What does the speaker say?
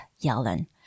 Yellen